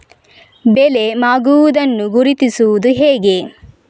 ಬೆಳೆ ಮಾಗುವುದನ್ನು ಗುರುತಿಸುವುದು ಹೇಗೆ?